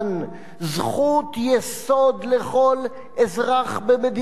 זכות יסוד לכל אזרח במדינת ישראל?